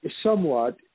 somewhat